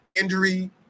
injury